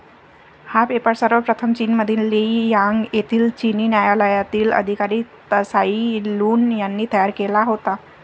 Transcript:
हा पेपर सर्वप्रथम चीनमधील लेई यांग येथील चिनी न्यायालयातील अधिकारी त्साई लुन यांनी तयार केला होता